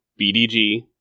BDG